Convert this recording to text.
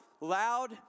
loud